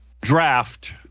draft